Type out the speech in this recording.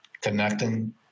connecting